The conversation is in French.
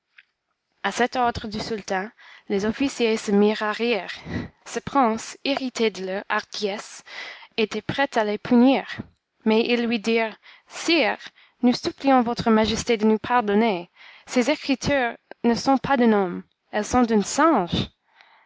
à cet ordre du sultan les officiers se mirent à rire ce prince irrité de leur hardiesse était prêt à les punir mais ils lui dirent sire nous supplions votre majesté de nous pardonner ces écritures ne sont pas d'un homme elles sont d'un singe